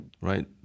right